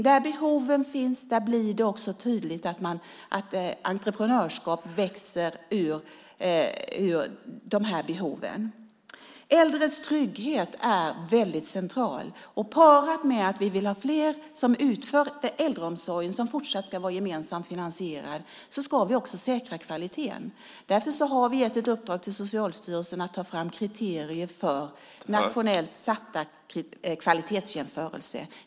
Där behoven finns blir det också tydligt att entreprenörskap växer ur behoven. Äldres trygghet är väldigt central. Parat med att vi vill ha fler som utför äldreomsorgen, som fortsatt ska vara gemensamt finansierad, ska vi också säkra kvaliteten. Därför har vi gett ett uppdrag till Socialstyrelsen att ta fram kriterier för nationella kvalitetsjämförelser.